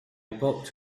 booked